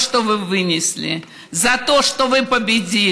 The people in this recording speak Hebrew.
(מחיאות כפיים)